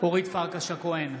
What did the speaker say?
אורית פרקש הכהן,